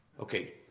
Okay